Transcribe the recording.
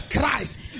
Christ